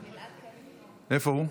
מוותר,